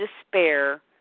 despair